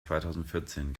zweitausendvierzehn